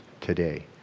today